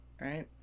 right